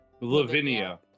Lavinia